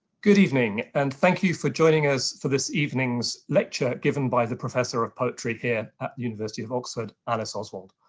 good evening, and thank you for joining us for this evening's lecture given by the professor of poetry here at the university of oxford, alice oswald.